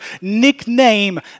nickname